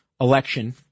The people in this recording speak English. election